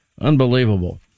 Unbelievable